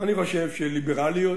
אני חושב שליברליות,